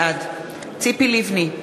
בעד ציפי לבני,